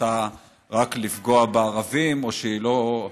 כוונתה רק לפגוע בערבים, או שהיא לא,